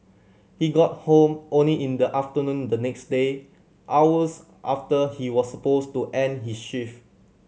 he got home only in the afternoon the next day hours after he was supposed to end his shift